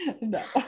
No